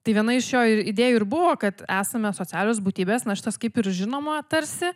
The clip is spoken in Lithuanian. tai viena iš jo ir idėjų ir buvo kad esame socialios būtybės na šitas kaip ir žinoma tarsi